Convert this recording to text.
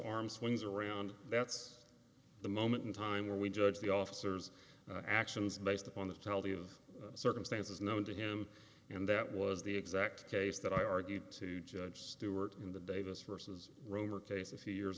arm swings around that's the moment in time where we judge the officers actions based upon the tally of circumstances known to him and that was the exact case that i argued to judge stewart in the davis vs rover case a few years